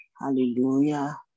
Hallelujah